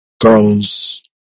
girls